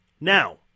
Now